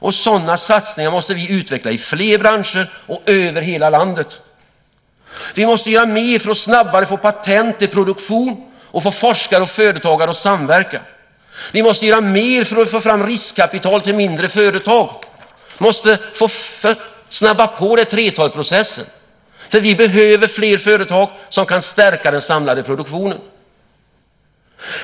Och sådana satsningar måste vi utveckla i fler branscher och över hela landet. Vi måste göra mer för att snabbare få patent i produktion och få forskare och företagare att samverka. Vi måste göra mer för att få fram riskkapital till mindre företag. Vi måste snabba på 3:12-processen. Vi behöver nämligen fler företag som kan stärka den samlade produktionen.